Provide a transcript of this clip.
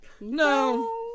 no